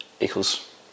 equals